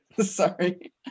sorry